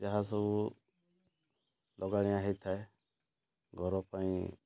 ଯାହା ସବୁ ଲଗାଣିଆ ହେଇଥାଏ ଘର ପାଇଁ